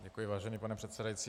Děkuji, vážený pane předsedající.